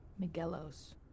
Miguelos